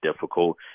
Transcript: difficult